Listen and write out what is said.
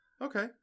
okay